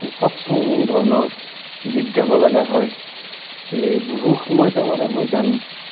ফক song ধৰণৰ গীত গাব লগা হয় এই বহু সময় তাৰমানে মই গান